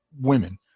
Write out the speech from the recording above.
women